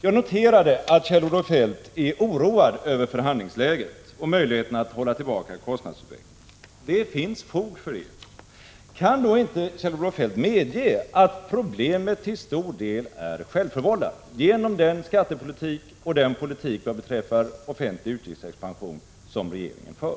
Jag noterar att Kjell-Olof Feldt är oroad över förhandlingsläget och möjligheterna att hålla nere kostnaderna, och det finns fog för den inställningen. Kan då inte Kjell-Olof Feldt medge att problemet till stor del är självförvållat genom den skattepolitik och den politik för offentlig utgiftsexpansion som regeringen för?